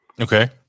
Okay